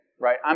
right